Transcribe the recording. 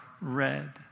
red